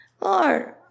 Lord